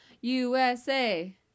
USA